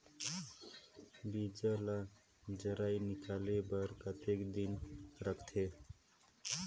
बीजा ला जराई निकाले बार कतेक दिन रखथे?